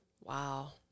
Wow